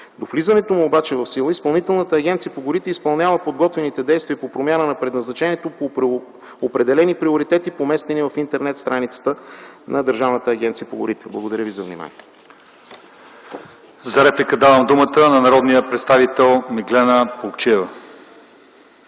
До влизането му обаче в сила Изпълнителната агенция по горите изпълнява подготвителните действия по промяна на предназначението по определени приоритети, поместени в интернет-страницата на Държавната агенция по горите. Благодаря Ви за вниманието. ПРЕДСЕДАТЕЛ ЛЪЧЕЗАР ИВАНОВ: За реплика давам думата на народния представител Меглена Плугчиева.